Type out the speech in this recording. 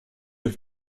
have